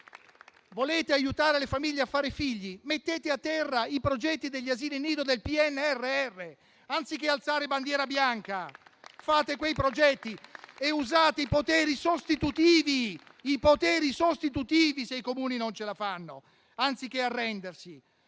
Volete aiutare le famiglie a fare i figli? Mettete a terra i progetti degli asili nido del PNRR. Anziché alzare bandiera bianca, realizzate quei progetti e usate i poteri sostitutivi se i Comuni non ce la fanno, anziché arrendersi.